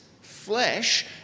flesh